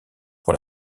pour